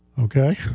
Okay